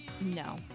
No